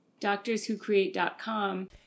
doctorswhocreate.com